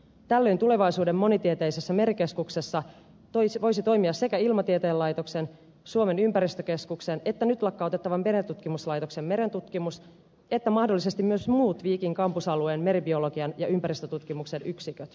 tällöin tulevaisuuden monitieteisessä merikeskuksessa voisivat toimia sekä ilmatieteen laitoksen suomen ympäristökeskuksen ja nyt lakkautettavan merentutkimuslaitoksen merentutkimus että mahdollisesti myös muut viikin kampusalueen meribiologian ja ympäristötutkimuksen yksiköt